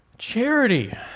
Charity